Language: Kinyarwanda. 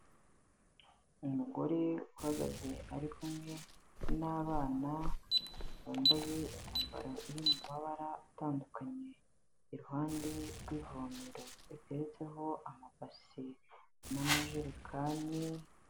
Umugore uhagaze ari kumwe n'abana bambaye imyambaro iri mu mabara atandukanye, iruhande rw'ivomero riteretseho amabasi n'amajerekani.